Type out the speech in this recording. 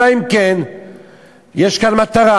אלא אם כן יש כאן מטרה.